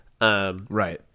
Right